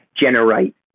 generate